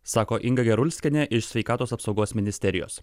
sako inga gerulskienė iš sveikatos apsaugos ministerijos